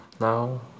now